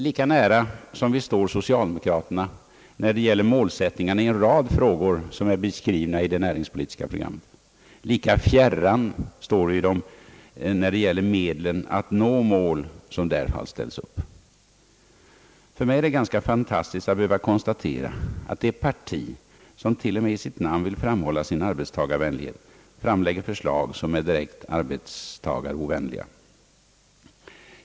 Lika nära som vi står socialdemokraterna när det gäller målsättningarna i en rad frågor, som är beskrivna i det näringspolitiska programmet, lika fjärran står vi dem när det gäller medlen att nå de mål som där ställts upp. För mig är det ganska fantastiskt att behöva konstatera att det parti, som till och med i sitt namn framhåller sin = arbetstagarvänlighet, framlägger förslag som är direkt arbetstagarovänliga.